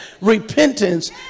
Repentance